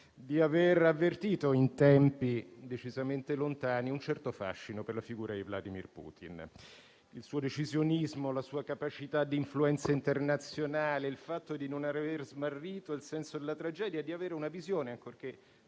di avere avvertito in tempi decisamente lontani un certo fascino per la figura di Vladimir Putin. Il suo decisionismo, la sua capacità di influenza internazionale, il fatto di non avere smarrito il senso della tragedia, di avere una visione, ancorché